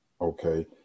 Okay